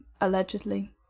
allegedly